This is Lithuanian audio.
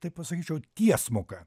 taip pasakyčiau tiesmuka